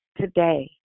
Today